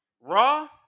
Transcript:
Raw